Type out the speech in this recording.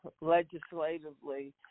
legislatively